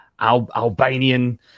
albanian